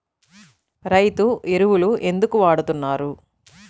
రైతు ఎరువులు ఎందుకు వాడుతున్నారు?